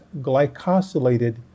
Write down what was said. glycosylated